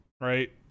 right